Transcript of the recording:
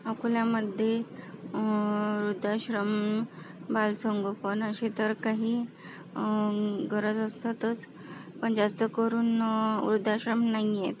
अकोल्यामध्ये वृद्धाश्रम बालसंगोपन असे तर काही गरज असतातच पण जास्त करून वृद्धाश्रम नाही आहेत